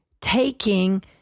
taking